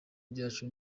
byacu